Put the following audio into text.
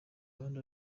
ruhande